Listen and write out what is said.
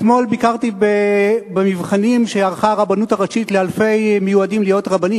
אתמול ביקרתי במבחנים שערכה הרבנות הראשית לאלפי מיועדים להיות רבנים.